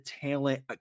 talent